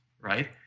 right